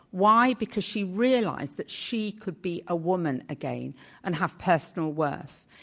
why? because she realized that she could be a woman again and have personal worth.